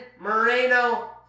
Moreno